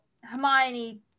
Hermione